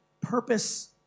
purpose